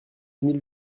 mille